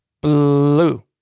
Blue